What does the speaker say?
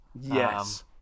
Yes